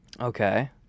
Okay